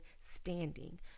standing